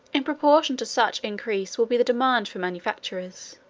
in proportion to such increase will be the demand for manufactures.